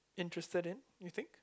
interested in you think